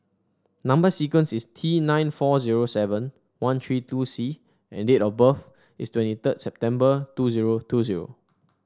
number sequence is T nine four zero seven one three two C and date of birth is twenty third September two zero two zero